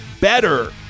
better